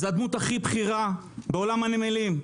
זו הדמות הכי בכירה בעולם הנמלים.